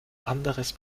anderes